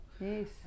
Yes